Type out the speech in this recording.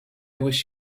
wish